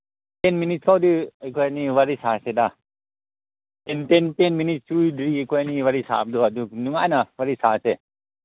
ten minutes ꯐꯥꯎꯗꯤ ꯑꯩꯈꯣꯏ ꯑꯅꯤ ꯋꯥꯔꯤ ꯁꯥꯁꯤꯗ ꯇꯦꯟ ꯇꯦꯟ ꯇꯦꯟ ꯃꯤꯅꯤꯠꯁ ꯁꯨꯗ꯭ꯔꯤꯌꯦ ꯑꯩꯈꯣꯏ ꯑꯅꯤꯅ ꯋꯥꯔꯤ ꯁꯥꯕꯗꯣ ꯑꯗꯨ ꯅꯨꯡꯉꯥꯏꯅ ꯋꯥꯔꯤ ꯁꯥꯁꯦ